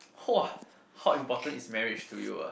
!wah! how important is marriage to you ah